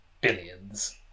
billions